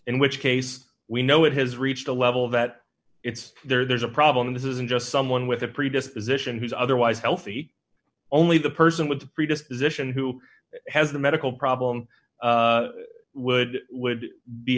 in which case we know it has reached a level that it's there there's a problem this isn't just someone with a predisposition who's otherwise healthy only the person with the predisposition who has a medical problem would would be